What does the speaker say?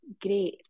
great